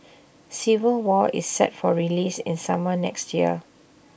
civil war is set for release in summer next year